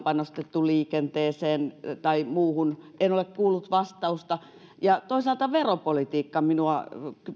panostettu liikenteeseen tai muuhun en ole kuullut vastausta ja toisaalta veropolitiikka minua